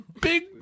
big